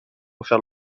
refaire